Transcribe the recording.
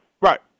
Right